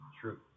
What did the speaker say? true